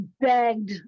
begged